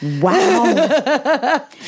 Wow